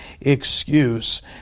excuse